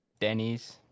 Denny's